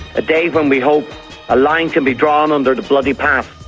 a day when we hope a line can be drawn under the bloody past.